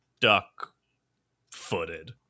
duck-footed